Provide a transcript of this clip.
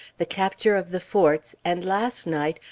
the capture of the forts, and last night,